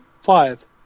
five